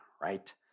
right